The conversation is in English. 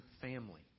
family